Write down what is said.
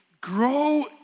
grow